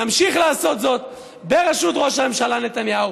נמשיך לעשות זאת בראשות ראש הממשלה נתניהו.